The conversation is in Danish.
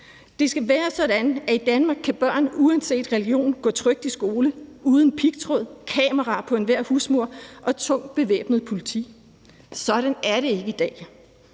Det skal være sådan, at i Danmark kan børn uanset religion gå trygt i skole uden pigtråd, kamera på enhver husmur og tungt bevæbnet politi. Sådan er det ikke i dag.